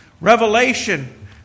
Revelation